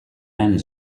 ens